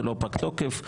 זה לא פג תוקף.